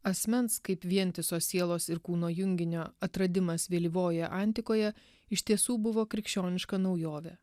asmens kaip vientiso sielos ir kūno junginio atradimas vėlyvojoje antikoje iš tiesų buvo krikščioniška naujovė